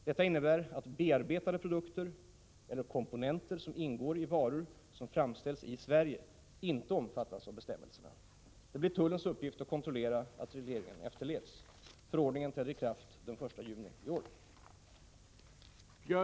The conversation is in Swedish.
Detta innebär att bearbetade produkter eller komponenter som ingår i varor som framställs i Sverige inte omfattas av bestämmelserna. Det blir tullens uppgift att kontrollera att regleringarna efterlevs. Förordningen träder i kraft den 1 juni i år.